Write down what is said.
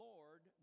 Lord